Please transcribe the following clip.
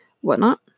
whatnot